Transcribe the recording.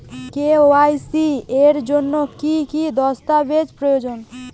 KYC এর জন্যে কি কি দস্তাবেজ প্রয়োজন?